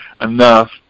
enough